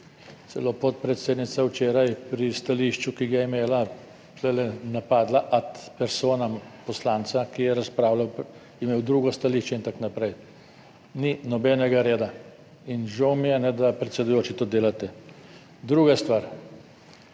Celo podpredsednica včeraj pri stališču, ki ga je imela tu, napadla ad persona poslanca, ki je razpravljal, je imel drugo stališče in tako naprej. Ni nobenega reda. In žal mi je, da predsedujoči to delate. Druga stvar.